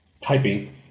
Typing